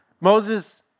Moses